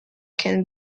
can